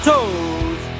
Toes